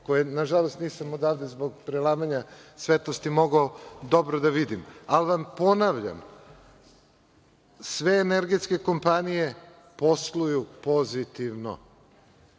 koje, nažalost, nisam odavde, zbog prelamanja svetlosti, mogao dobro da vidim. Ponavljam vam, sve energetske kompanije posluju pozitivno,